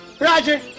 roger